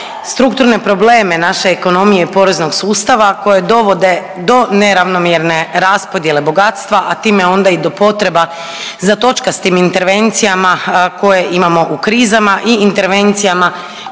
strukturne probleme naše ekonomije i poreznog sustava koje dovode do neravnomjerne raspodjele bogatstva, a time onda i do potreba za točkastim intervencijama koje imamo u krizama i intervencijama